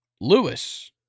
Lewis